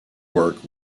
work